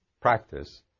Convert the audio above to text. practice